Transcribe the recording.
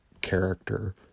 character